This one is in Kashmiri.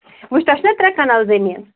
وُچھِو تۄہہِ چھُنا ترٛےٚ کَنال زمیٖن